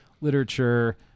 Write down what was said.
literature